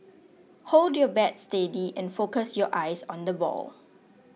hold your bats steady and focus your eyes on the ball